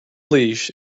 leash